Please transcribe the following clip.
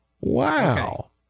Wow